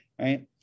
right